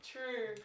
True